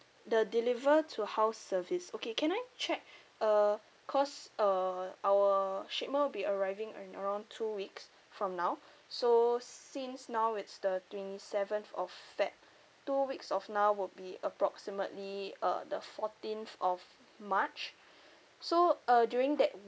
the deliver to house service okay can I check uh cause uh our shipment will be arriving ar~ around two weeks from now so since now it's the twenty seventh of feb two weeks of now would be approximately uh the fourteenth of march so uh during that